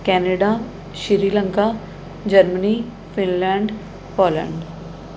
Canada Sri Lanka Germany Finland Poland